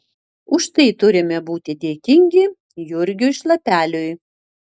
už tai turime būti dėkingi jurgiui šlapeliui